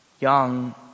young